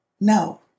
no